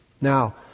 Now